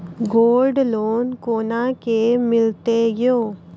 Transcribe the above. Gold loan कोना के मिलते यो?